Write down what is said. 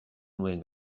nuen